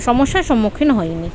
সমস্যার সম্মুখীন হইনি